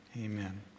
Amen